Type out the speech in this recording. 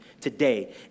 today